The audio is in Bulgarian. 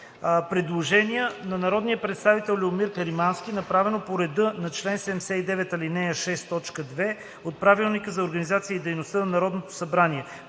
Предложение на народния представител Любомир Каримански, направено по реда на чл. 79, ал. 6, т. 2 от Правилника за организацията и дейността на Народното събрание.